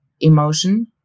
emotion